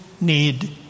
need